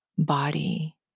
Body